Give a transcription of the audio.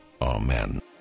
Amen